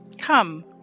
Come